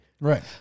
Right